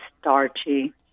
starchy